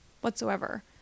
whatsoever